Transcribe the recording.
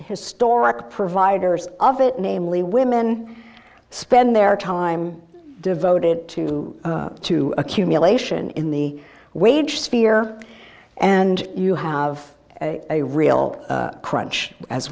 historic providers of it namely women spend their time devoted to to accumulation in the wage sphere and you have a real crunch as